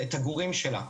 את הגורים שלה,